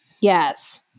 Yes